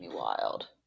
wild